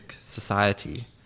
society